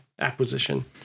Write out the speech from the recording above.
acquisition